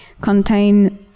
contain